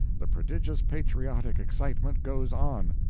the prodigious patriotic excitement goes on.